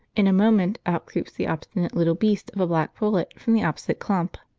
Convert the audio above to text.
in a moment out creeps the obstinate little beast of a black pullet from the opposite clump.